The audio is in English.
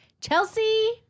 Chelsea